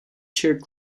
chair